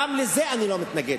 גם לזה אני לא מתנגד,